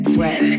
Sweat